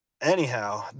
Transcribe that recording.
anyhow